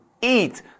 eat